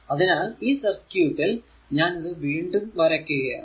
അതിനാൽ ഈ സർക്യൂട് ൽ ഞാൻ ഇത് വീണ്ടും വറക്കുക ആണ്